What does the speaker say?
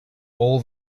all